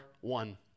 one